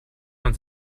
man